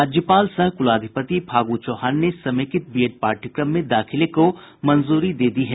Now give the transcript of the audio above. राज्यपाल सह कुलाधिपति फागु चौहान ने समेकित बीएड पाठ्यक्रम में दाखिले को मंजूरी दे दी है